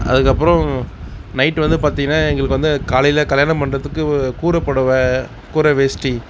அதுக்கப்புறம் நைட் வந்து பார்த்தீங்கன்னா எங்களுக்கு வந்து காலையில் கல்யாண மண்டபத்துக்கு ஒரு கூரை புடவை கூரை வேஷ்டி